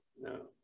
no